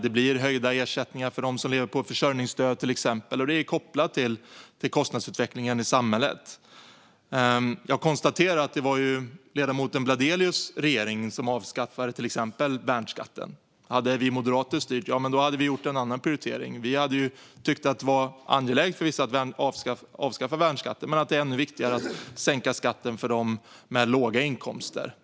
Det blir höjda ersättningar för dem som lever på försörjningsstöd, till exempel, och det är kopplat till kostnadsutvecklingen i samhället. Jag konstaterar att det var ledamoten Bladelius regering som avskaffade till exempel värnskatten. Hade vi moderater styrt hade vi gjort en annan prioritering. Vi hade tyckt att det var angeläget för vissa att avskaffa värnskatten men att det var ännu viktigare att sänka skatten för dem med låga inkomster.